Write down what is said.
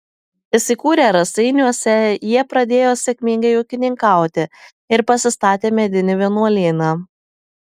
įsikūrę raseiniuose jie pradėjo sėkmingai ūkininkauti ir pasistatė medinį vienuolyną